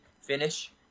finish